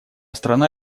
страна